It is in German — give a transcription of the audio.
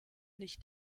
nicht